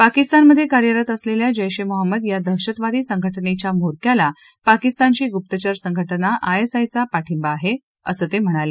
पाकिस्तानमध्ये कार्यरत असलेल्या जैश ए मोहम्मद या दहशतवादी संघ जेच्या म्होरक्याला पाकिस्तानची गुप्तचर संघात्रा आयएसआयचा पाठिंबा आहे असं ते म्हणाले